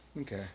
Okay